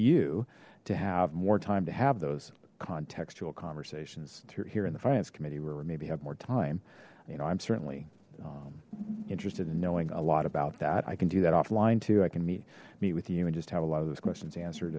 you to have more time to have those contextual conversations here in the finance committee where maybe have more time you know i'm certainly interested in knowing a lot about that i can do that offline too i can meet meet with you and just have a lot of those questions